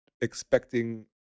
expecting